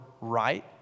right